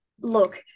Look